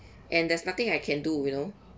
and there's nothing I can do you know